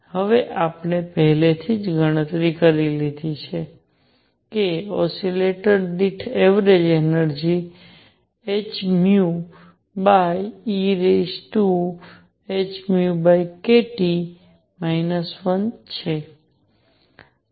હવે આપણે પહેલેથી જ ગણતરી કરી લીધી છે કે ઓસિલેટર દીઠ એવરેજ એનર્જિ hehνkT 1 છે